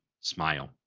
Smile